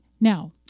Now